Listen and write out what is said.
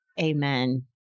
Amen